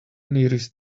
nearest